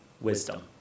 wisdom